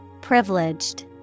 Privileged